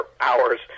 hours